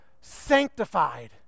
sanctified